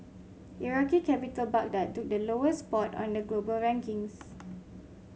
here are eight ways to use studying abroad to your financial and career advantage